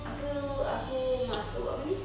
aku aku masuk apa ni